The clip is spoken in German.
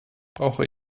brauche